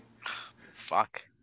Fuck